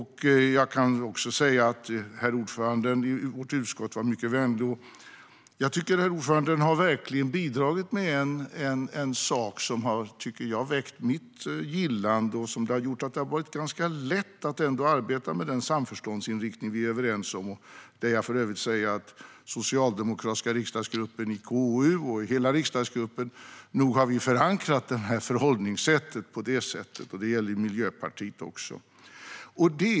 Herr ordföranden i vårt utskott var mycket vänlig, och jag tycker att herr ordföranden verkligen har bidragit med något som har väckt mitt gillande och som jag tycker har gjort det ganska lätt att arbeta med den samförståndsinriktning vi är överens om. Där kan jag för övrigt säga om den socialdemokratiska riksdagsgruppen, såväl i KU som i stort: Nog har vi förankrat detta förhållningssätt på det sättet! Det gäller även Miljöpartiet.